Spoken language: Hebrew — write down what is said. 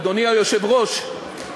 אדוני היושב-ראש.